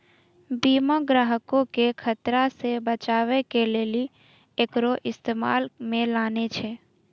बीमा ग्राहको के खतरा से बचाबै के लेली एकरो इस्तेमाल मे लानै छै